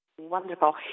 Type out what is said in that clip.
Wonderful